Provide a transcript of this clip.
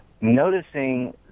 noticing